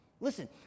Listen